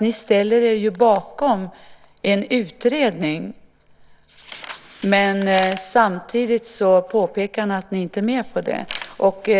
Ni ställer er bakom en utredning, men samtidigt påpekar ni att ni inte är med på detta.